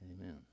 Amen